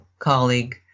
colleague